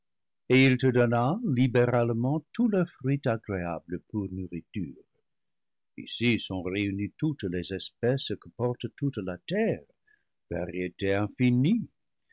il te donna libéralement tout leur fruit agréable pour nourriture ici sont réunies toutes les espèces que porte toute la terre variété infinie